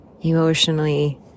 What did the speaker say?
emotionally